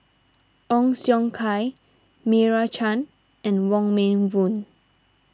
Ong Siong Kai Meira Chand and Wong Meng Voon